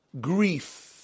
grief